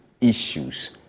issues